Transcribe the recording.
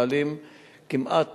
מעלים כמעט,